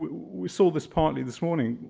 we saw this partly this morning.